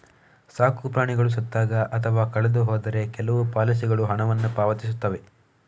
ಸಾಕು ಪ್ರಾಣಿಗಳು ಸತ್ತಾಗ ಅಥವಾ ಕಳೆದು ಹೋದರೆ ಕೆಲವು ಪಾಲಿಸಿಗಳು ಹಣವನ್ನು ಪಾವತಿಸುತ್ತವೆ